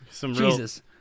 Jesus